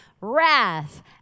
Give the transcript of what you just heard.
wrath